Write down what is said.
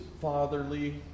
fatherly